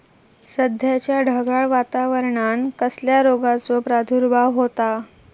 सध्याच्या ढगाळ वातावरणान कसल्या रोगाचो प्रादुर्भाव होता?